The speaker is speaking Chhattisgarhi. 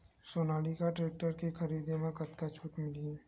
सोनालिका टेक्टर के खरीदी मा कतका छूट मीलही?